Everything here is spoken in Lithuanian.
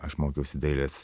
aš mokiausi dailės